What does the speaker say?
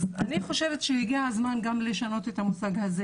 אז אני חושבת שהגיע הזמן גם לשנות את המושג הזה,